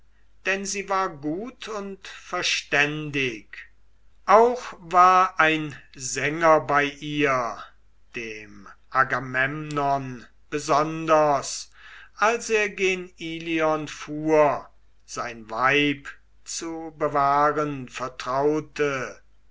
denn sie war gut und verständig auch war ein sänger bei ihr dem agamemnon besonders als er gen ilion fuhr sein weib zu bewahren vertraute